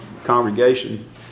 congregation